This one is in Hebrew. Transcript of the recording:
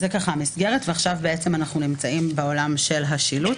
זאת המסגרת, ועכשיו אנחנו עוברים לעולם השילוט.